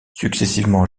successivement